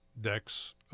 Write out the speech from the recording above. decks